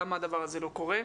למה הדבר הזה לא קורה.